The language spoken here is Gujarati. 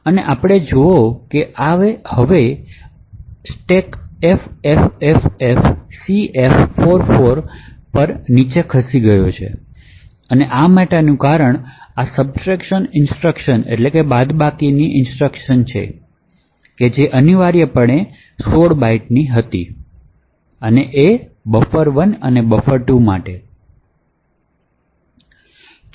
અને આપણે શું જુઓ કે હવે સ્ટેક ffffcf44 નીચે ગયો છે અને આ માટેનું કારણ આ સબ્ટ્રેક્ટ ઇન્સટ્રક્શન કે જે અનિવાર્યપણે 16 બાઇટ્સ ફાળવણી કરવામાં આવે છે buffer1 અને buffer2 માટે